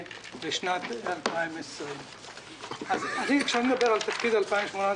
בשנת 2020. כשאני מדבר על תקציב 2018,